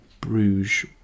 Bruges